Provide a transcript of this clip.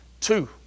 two